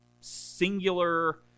singular